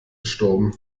gestorben